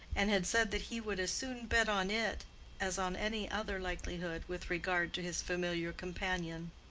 and had said that he would as soon bet on it as on any other likelihood with regard to his familiar companion.